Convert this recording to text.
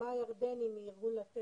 אני רוצה לשמוע את אנשי